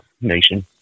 nation